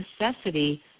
necessity